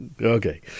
okay